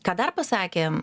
ką dar pasakė